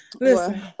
listen